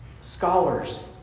scholars